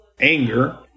anger